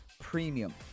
premium